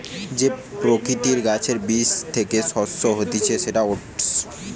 যে প্রকৃতির গাছের বীজ থ্যাকে যে শস্য হতিছে সেটা ওটস